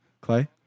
Clay